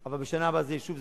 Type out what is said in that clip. אבל בשנה הבאה זה יהיה שוב,